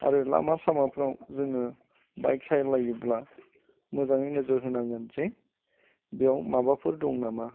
आरो लामा सामाफोराव जोङो बाइक सालायोब्ला मोजाङै नोजोर होनांगोन जे बेयाव माबाफोर दं नामा